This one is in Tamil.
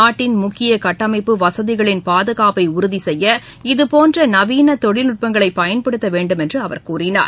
நாட்டின் முக்கிய கட்டமைப்பு வசதிகளின் பாதுகாப்பை உறுதி செய்ய இதுபோன்ற நவீன தொழில்நுட்பங்களை பயன்படுத்த வேண்டும் என்று அவர் கூறினார்